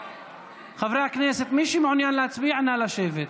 חברי הכנסת, מי שמעוניין להצביע, נא לשבת.